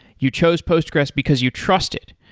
you chose postgres because you trust it.